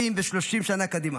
20 ו-30 שנה קדימה,